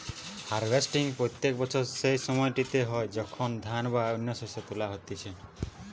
harvesting প্রত্যেক বছর সেই সময়টিতে হয় যখন ধান বা অন্য শস্য তোলা হতিছে